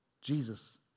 Jesus